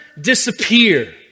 disappear